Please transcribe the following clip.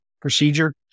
procedure